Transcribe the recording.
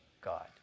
God